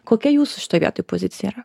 kokia jūsų šitoj vietoj pozicija yra